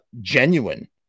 genuine